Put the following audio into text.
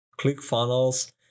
ClickFunnels